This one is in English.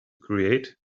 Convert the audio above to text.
create